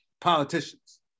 politicians